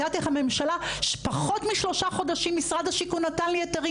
את יודעת איך הממשלה בפחות משלושה חודשים משרד השיכון נתן לי היתרים,